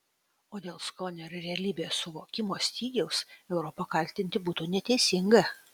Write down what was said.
o dėl skonio ir realybės suvokimo stygiaus europą kaltinti būtų neteisinga